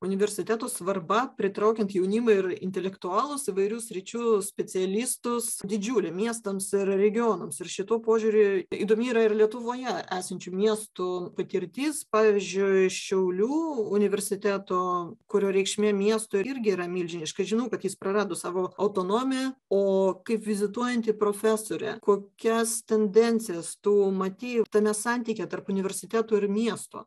universitetų svarba pritraukiant jaunimą ir intelektualus įvairių sričių specialistus didžiulė miestams ir regionams ir šituo požiūriu įdomi yra ir lietuvoje esančių miestų patirtis pavyzdžiui šiaulių universiteto kurio reikšmė miestui irgi yra milžiniška žinau kad jis prarado savo autonomiją o kaip vizituojanti profesorė kokias tendencijas tu matei tame santykyje tarp universiteto ir miesto